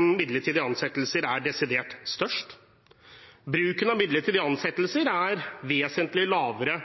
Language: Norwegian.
midlertidige ansettelser er desidert størst. Bruken av midlertidige ansettelser er vesentlig lavere